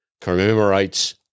commemorates